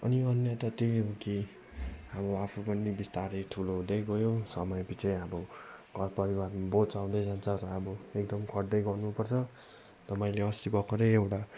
अनि अन्य त त्यही हो कि अब आफू पनि बिस्तारै ठुलो हुँदै गयो समय पछि अब घरपरिवारमा बोझ आउँदै जान्छ अब एकदम खट्दै गर्नुपर्छ त मैले अस्ति भर्खरै एउटा